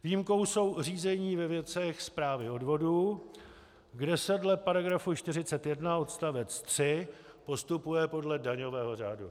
Výjimkou jsou řízení ve věcech správy odvodů, kde se dle § 41 odst. 3 postupuje podle daňového řádu.